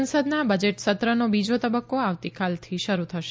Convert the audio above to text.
સંસદના બજેટસત્રનો બીજો તબક્કો આવતીકાલથી શરૂ થશે